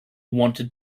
wanted